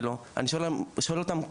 אני שואל אותם בערבית,